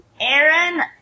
Aaron